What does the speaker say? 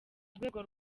rwego